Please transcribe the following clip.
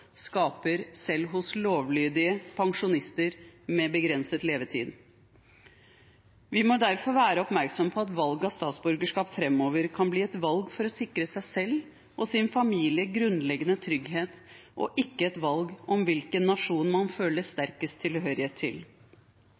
skaper selv hos lovlydige pensjonister med begrenset levetid. Vi må derfor være oppmerksomme på at valg av statsborgerskap framover kan bli et valg for å sikre seg selv og sin familie grunnleggende trygghet, og ikke et valg om hvilken nasjon man føler sterkest tilhørighet til.